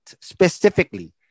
specifically